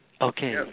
Okay